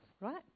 right